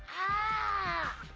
ah!